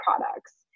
products